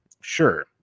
sure